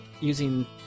using